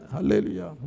Hallelujah